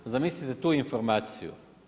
Zamislite tu informaciju?